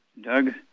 Doug